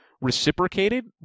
reciprocated